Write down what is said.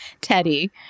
Teddy